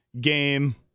game